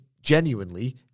genuinely